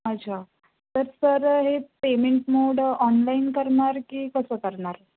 अच्छा तर सर हे पेमेंट मोड ऑनलाईन करणार की कसं करणार